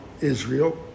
Israel